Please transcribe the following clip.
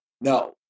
no